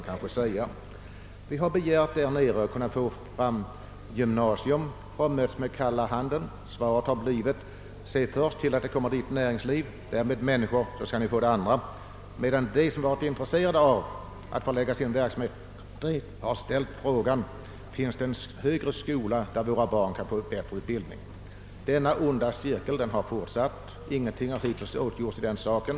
Vi har begärt att få gymnasium men avvisats med kalla handen och fått svaret: Se först till att det kommer dit näringsliv och därmed människor — sedan skall ni få det andra. De som varit intresserade av att förlägga verksamhet dit har däremot frågat, om det finns en högre skola där barnen kan få bättre utbildning. Den onda cirkeln finns fortfarande kvar. Ingenting har hittills gjorts i sa ken.